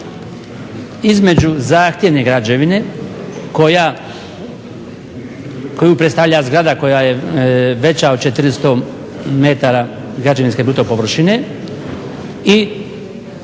između zahtjevne građevine koju predstavlja zgrada koja je veća od 400 metara građevinske bruto površine i